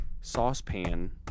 saucepan